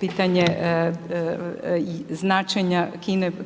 pitanje značenja